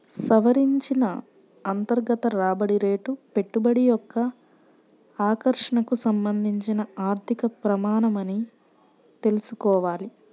సవరించిన అంతర్గత రాబడి రేటు పెట్టుబడి యొక్క ఆకర్షణకు సంబంధించిన ఆర్థిక ప్రమాణమని తెల్సుకోవాలి